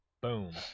Boom